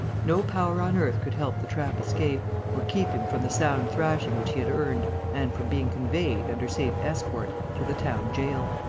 no power on earth could help the tramp escape or keep him from the sound thrashing which he had earned and from being conveyed, under safe escort, to the town gaol.